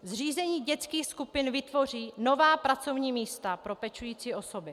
Zřízení dětských skupin vytvoří nová pracovní místa pro pečující osoby.